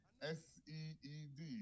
S-E-E-D